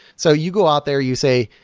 so you go out there, you say,